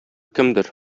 кемдер